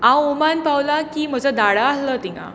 हांव ओमान पावलें की म्हजो डाडा आसलो थंय